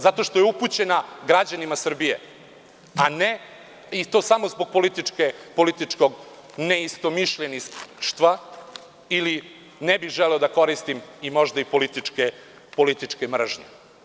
Zato što je upućena građanima Srbije i to samo zbog političkog neistomišljeništva ili, ne bih želeo da koristim, možda i političke mržnje.